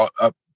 up